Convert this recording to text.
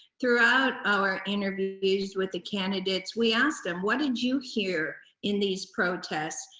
throughout our interviews with the candidates we asked them, what did you hear in these protests?